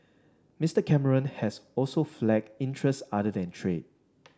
Mister Cameron has also flagged interests other than trade